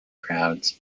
crowds